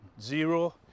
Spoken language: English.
zero